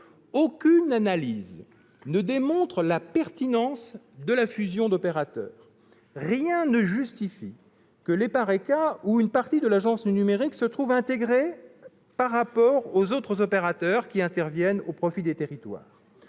Aucune analyse ne démontre la pertinence de la fusion d'opérateurs. Rien ne justifie que l'EPARECA et une partie de l'Agence du numérique se trouvent intégrés à l'agence par rapport aux autres opérateurs intervenant au profit des territoires.